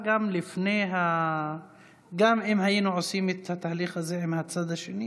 גם אם היינו עושים את התהליך הזה עם הצד השני